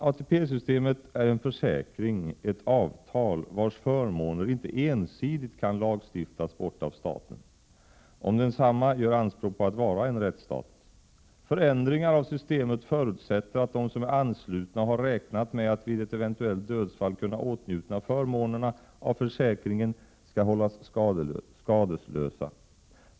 ATP-systemet är en försäkring, ett avtal, vars förmåner inte ensidigt kan lagstiftas bort av staten, om densamma gör anspråk på att vara en rättsstat. Förändringar av systemet förutsätter att de som är anslutna och har räknat med att vid ett eventuellt dödsfall kunna åtnjuta förmånerna från försäkringen skall hållas skadeslösa.